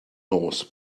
nos